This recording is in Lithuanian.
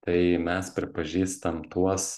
tai mes pripažįstam tuos